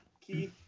key